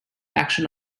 action